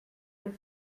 and